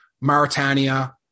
mauritania